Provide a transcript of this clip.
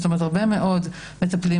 הרבה מאוד מטפלים,